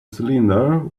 cylinder